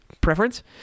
preference